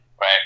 Right